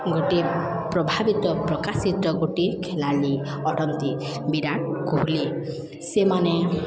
ଗୋଟିଏ ପ୍ରଭାବିତ ପ୍ରକାଶିତ ଗୋଟିଏ ଖେଳାଳି ଅଟନ୍ତି ବିରାଟ କୋହଲି ସେମାନେ